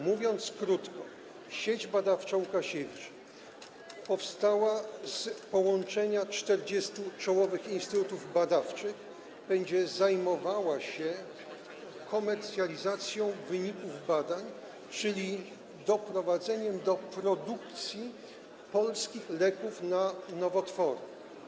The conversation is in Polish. Mówiąc krótko, Sieć Badawcza Łukasiewicz powstała z połączenia 40 czołowych instytutów badawczych będzie zajmowała się komercjalizacją wyników badań, czyli doprowadzeniem do produkcji polskich leków na nowotwory.